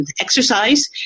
exercise